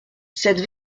cette